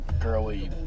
girly